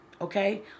Okay